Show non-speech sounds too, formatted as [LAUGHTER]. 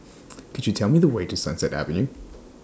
[NOISE] Could YOU Tell Me The Way to Sunset Avenue